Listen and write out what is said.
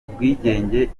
ubwigenge